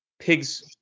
pigs